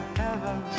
heaven